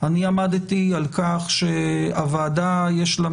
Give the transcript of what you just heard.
עמדתי על כך שלוועדה יש תפקיד,